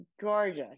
gorgeous